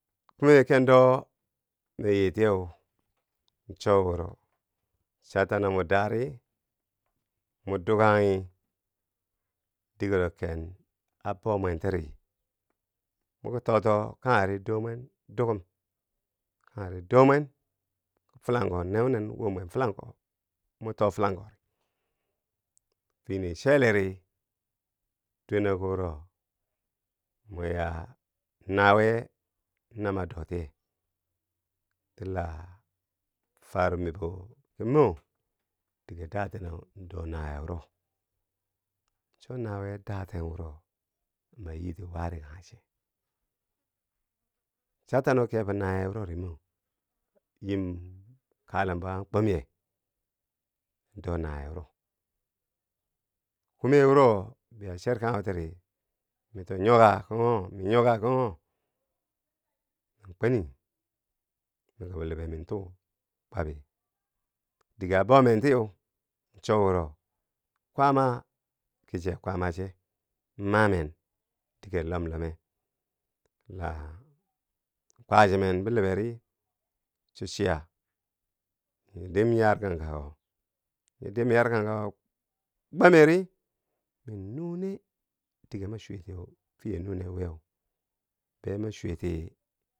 Kume Kendo mi yii tiyeu, co wuro cha tano mo daari mo dukanghi digero ken a bomwen tiri, mo ki toto kangheri doomwen dukum. khangheri doomwen filangko neunen wommwen filangko mo too filangko. fini cheliri dweneko wuro, ma yaa, nawiye na ma dootiye di la farub mibo kimo dige datenneu in doo nawiye wuro, co nawiye daten wuro ma yiiti wari kanghe che. cha tano kebo nawiye wurori moo yim kalembo an kwomye, in doo nawiye wuro. kume wuro biya cherkanghuu tiri, mi too nyoka ki on mi nyoka ki on, min kweni mi ki bi libe mi tuu n kwabi, dige a bomentiyeu, cho wuro Kwaana ki che kwaama che ma men dige lomlome la kwa chimen biliberi cho chiya riyo dim yarkankako, nyo dim yarkankako gwamme ri, mi nune dige ma chwitiyeu fiye nune wiyeu be ma chwiti.